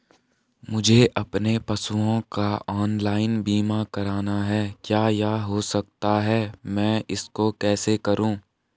मुझे अपने पशुओं का ऑनलाइन बीमा करना है क्या यह हो सकता है मैं इसको कैसे करूँ?